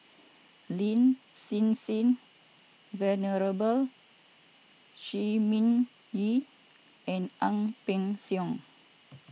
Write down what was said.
Lin Hsin Hsin Venerable Shi Ming Yi and Ang Peng Siong